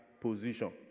position